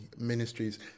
Ministries